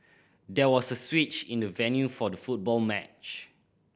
there was a switch in the venue for the football match